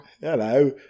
Hello